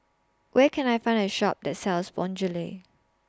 Where Can I Find A Shop that sells Bonjela